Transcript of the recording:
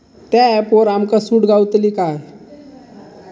त्या ऍपवर आमका सूट गावतली काय?